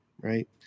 right